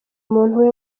umuntu